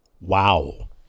wow